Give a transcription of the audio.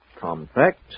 Compact